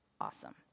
Awesome